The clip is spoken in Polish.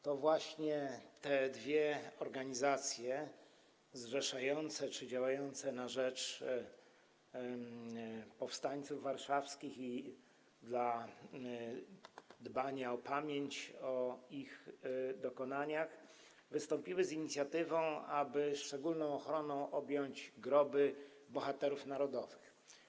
To właśnie te dwie organizacje, zrzeszające czy działające na rzecz powstańców warszawskich i dla dbania o pamięć o ich dokonaniach, wystąpiły z inicjatywą, aby szczególną ochroną objąć groby bohaterów narodowych.